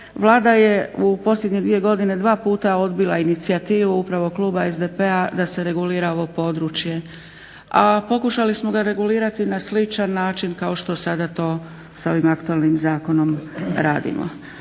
Vlada je u posljednje dvije godine dva puta odbila inicijativu upravo Kluba SDP-a da se regulira ovo područje a pokušali smo ga regulirati na sličan način kao što sada to sa ovim aktualnim zakonom radimo.